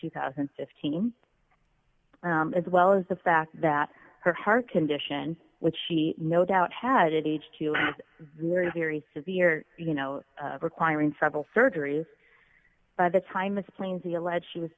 two thousand and fifteen as well as the fact that her heart condition which she no doubt headed age to last very very severe you know requiring several surgeries by the time it's planes he alleged she was